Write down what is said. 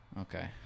Okay